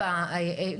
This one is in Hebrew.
פרופ' אש,